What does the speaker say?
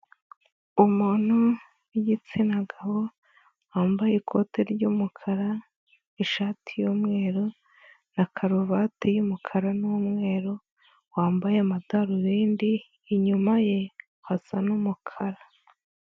Umuntu w'igitsina gabo, wambaye ikote ry'umukara, ishati y'umweru na karuvati y'umukara n'umweru, wambaye amadarubindi, inyuma ye hasa n'umukara.